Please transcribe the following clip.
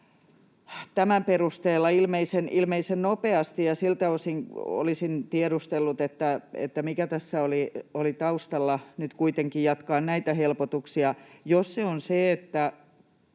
tämän perusteella ilmeisen nopeasti. Siltä osin olisin tiedustellut, mikä tässä oli taustalla nyt kuitenkin jatkaa näitä helpotuksia. Jos syy on se, että